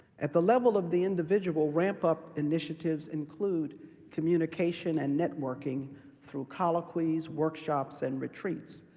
at the level of the individual, ramp-up initiatives include communication and networking through colloquies, workshops, and retreats,